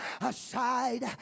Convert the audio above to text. aside